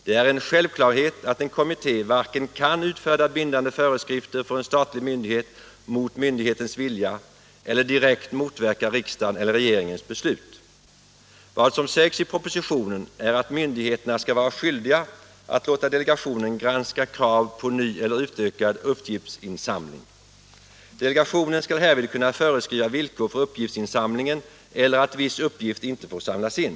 Det är en självklarhet att en kommitté varken kan utfärda bindande före underlätta företagens uppgifisläm nande skrifter för en statlig myndighet mot myndighetens vilja eller direkt motverka riksdagens eller regeringens beslut. Vad som sägs i propositionen är att myndigheterna skall vara skyldiga att låta delegationen granska krav på ny eller utökad uppgiftsinsamling. Delegationen skall härvid kunna föreskriva villkor för uppgiftsinsamlingen eller att viss uppgift inte får samlas in.